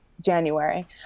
january